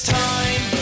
time